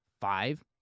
five